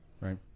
Right